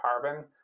carbon